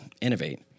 innovate